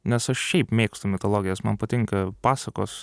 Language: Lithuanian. nes aš šiaip mėgstu mitologijas man patinka pasakos